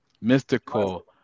Mystical